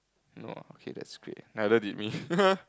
no okay that's great neither did me